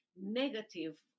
negative